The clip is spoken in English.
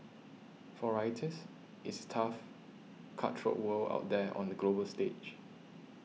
for writers it's tough cutthroat world out there on the global stage